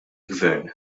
gvern